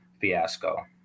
fiasco